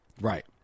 Right